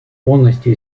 полностью